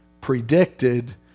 predicted